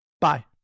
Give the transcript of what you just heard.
Bye